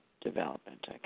Development